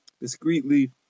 discreetly